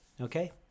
Okay